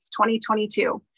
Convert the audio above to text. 2022